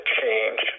change